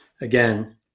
again